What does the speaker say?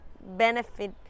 benefit